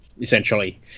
essentially